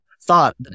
thought